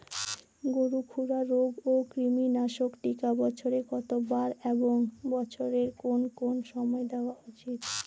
গরুর খুরা রোগ ও কৃমিনাশক টিকা বছরে কতবার এবং বছরের কোন কোন সময় দেওয়া উচিৎ?